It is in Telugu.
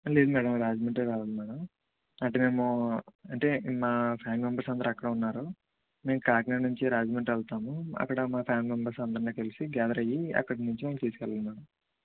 లేదు మేడం రాజమండ్రే రావాలి మేడం అంటే మేము అంటే మా ఫ్యామిలీ మెంబర్స్ అందరు అక్కడే ఉన్నారు మేం కాకినాడ నుంచి రాజమండ్రి వెళ్తాము అక్కడ మా ఫ్యామిలీ మెంబర్స్ అందరిని కలిసి గ్యాదర్ అయ్యి అక్కడి నుంచి మేము తీసుకెళ్ళాలి మేడం